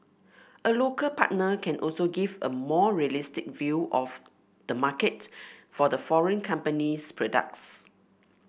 a local partner can also give a more realistic view of the market for the foreign company's products